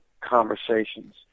conversations